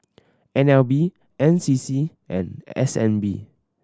N L B N C C and S N B